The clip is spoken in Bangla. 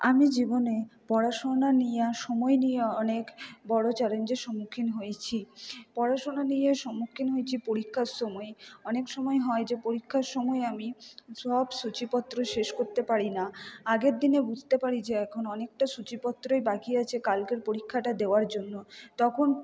আমি জীবনে পড়াশোনা নিয়ে সময় নিয়ে অনেক বড়ো চ্যালেঞ্জের সম্মুখীন হয়েছি পড়াশোনা নিয়ে সম্মুখীন হয়েছি পরীক্ষার সময় অনেক সময় হয় যে পরীক্ষার সময় আমি সব সূচিপত্র শেষ করতে পারি না আগের দিনে বুঝতে পারি যে এখন অনেকটা সূচিপত্রই বাকি আছে কালকের পরীক্ষাটা দেওয়ার জন্য তখন